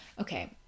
okay